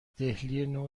دهلینو